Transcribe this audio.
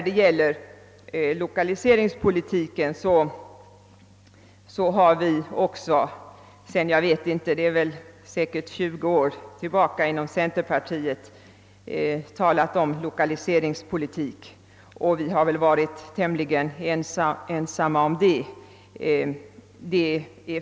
Centerpartiet har säkerligen sedan tjugo år tillbaka talat om lokaliseringspolitik, och vi har varit tämligen ensamma om detta.